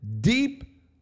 deep